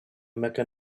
mecca